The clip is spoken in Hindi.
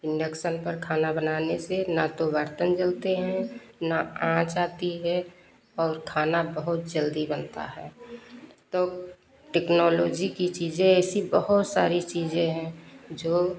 इन्डक्शन पर खाना बनाने से ना तो बर्तन जलते हैं ना आंच आती है और खाना बहुत जल्दी बनता है तो टेक्नोलोजी की चीज़ें ऐसी बहुत सारी चीज़ें हैं जो